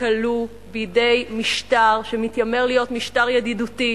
וכלוא בידי משטר שמתיימר להיות משטר ידידותי,